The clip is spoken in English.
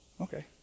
Okay